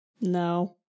No